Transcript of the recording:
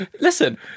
listen